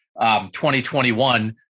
2021